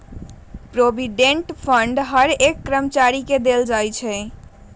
provident fund के हर एक कर्मचारी के देल जा हई